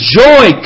joy